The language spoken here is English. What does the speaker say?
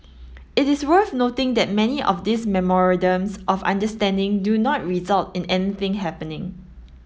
it is worth noting that many of these memorandums of understanding do not result in anything happening